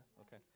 Okay